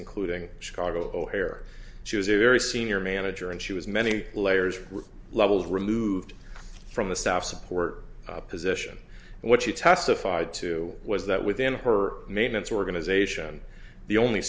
including chicago o'hare she was a very senior manager and she was many layers levels removed from the staff support position what she testified to was that within her maintenance organization the only